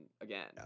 again